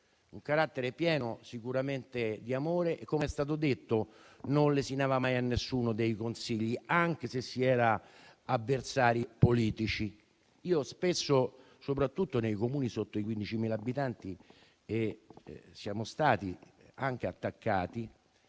suo carattere, che era sicuramente pieno di amore; come è stato detto, non lesinava mai a nessuno dei consigli, anche se si era avversari politici. Spesso, soprattutto nei Comuni con meno di 15.000 abitanti, siamo stati anche attaccati,